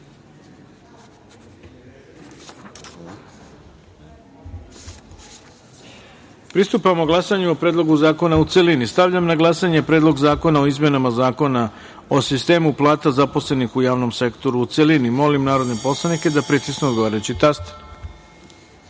glasanju o Predlogu zakona u celini. Stavljam na glasanje Predlog zakona o izmenama Zakona o sistemu plata zaposlenih u javnom sektoru, u celini. Molim narodne poslanike da pritisnu odgovarajući